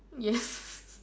yes